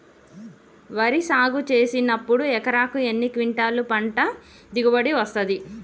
వరి సాగు చేసినప్పుడు ఎకరాకు ఎన్ని క్వింటాలు పంట దిగుబడి వస్తది?